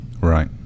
right